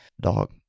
dog